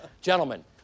Gentlemen